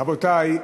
רבותי,